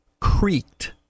creaked